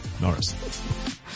Norris